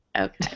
Okay